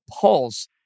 Pulse